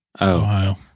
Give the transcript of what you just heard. Ohio